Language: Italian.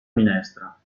minestra